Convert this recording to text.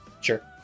Sure